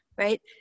right